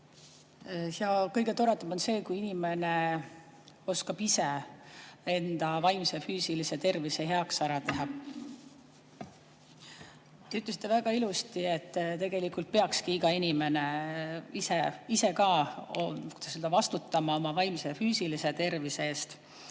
Kõige toredam on see, kui inimene oskab ise enda vaimse ja füüsilise tervise heaks [midagi] ära teha. Te ütlesite väga ilusasti, et tegelikult peaks iga inimene ise ka vastutama oma vaimse ja füüsilise tervise eest.